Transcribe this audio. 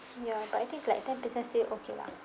ya but I think like ten percent still okay lah